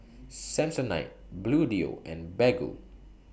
Samsonite Bluedio and Baggu